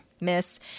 miss